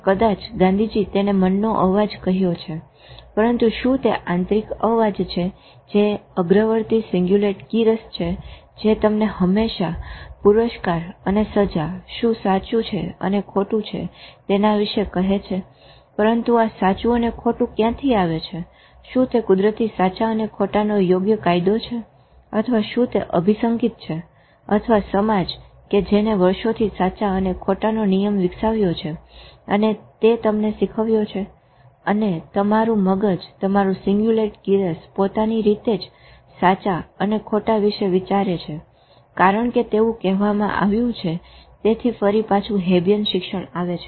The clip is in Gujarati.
કદાચ ગાંધીજી તેને મનનો અવાજ કહ્યો છે પરંતુ શું તે આંતરિક અવાજ છે જે અગ્રવર્તી સીન્ગ્યુલેટ ગીરસ છે જે તમને હંમેશા પુરસ્કાર અને સજા શું સાચું છે અને ખોટું છે તેના વિશે કહે છે પરંતુ આ સાચું અને ખોટું ક્યાંથી આવે છે શું તે કુદરતી સાચા અને ખોટાનો યોગ્ય કાયદો છે અથવા શું તે અભીસંઘીત છે અથવા સમાજ કે જેને વર્ષોથી સાચા અને ખોટા નો નિયમ વિકસાવ્યો છે અને તે તમને શીખવ્યો છે અને તમારું મગજ તમારું સીન્ગ્યુલેટ ગીરસ પોતાની રીતે જ સાચા અને ખોટા વિશે વિચારે છે કારણ કે તેવું કહેવામાં આવ્યું છે તેથી ફરી પાછું હેબ્બિયન શિક્ષણ આવે છે